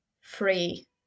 free